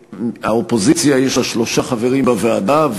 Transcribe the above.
שלאופוזיציה יש שלושה חברים בוועדה,